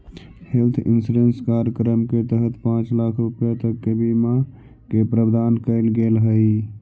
health insurance कार्यक्रम के तहत पांच लाख रुपया तक के बीमा के प्रावधान कैल गेल हइ